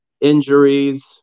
injuries